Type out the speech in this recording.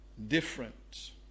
Different